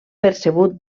percebut